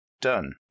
done